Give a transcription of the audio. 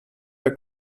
der